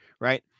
right